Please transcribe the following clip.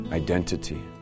identity